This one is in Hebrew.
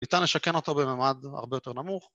ניתן לשכן אותו בממד הרבה יותר נמוך.